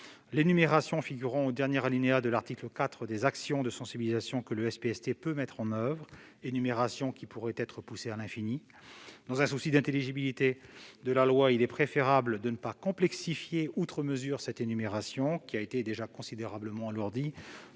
l'énumération figurant au dernier alinéa de l'article 4 des actions de sensibilisation que le SPST peut mettre en oeuvre, énumération qui pourrait être poussée à l'infini. Dans un souci d'intelligibilité de la loi, il est préférable de ne pas complexifier outre mesure cette énumération qui a déjà été considérablement alourdie